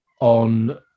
on